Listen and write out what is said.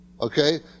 Okay